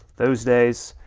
those days,